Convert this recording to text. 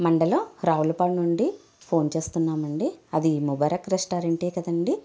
మండలం రావులపాలెం నుండి ఫోన్ చేస్తున్నామండి అది ముబారక్ రెస్టారెంటే కదండి